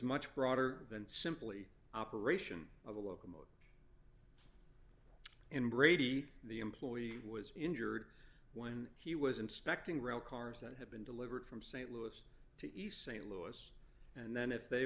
much broader than simply operation of a locomotive and brady the employee was injured when he was inspecting rail cars that have been delivered from st louis to east st louis and then if they